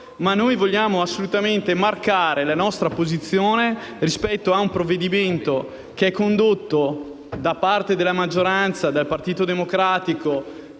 Noi vogliamo assolutamente rimarcare la nostra posizione rispetto a un provvedimento, condotto da parte della maggioranza, del Partito Democratico